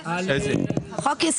עניין.